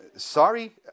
Sorry